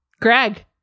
Greg